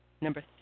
number